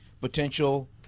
potential